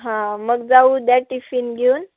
हं मग जाऊ उद्या टिफिन घेऊन